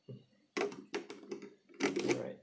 all right